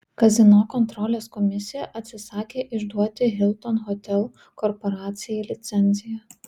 kazino kontrolės komisija atsisakė išduoti hilton hotel korporacijai licenciją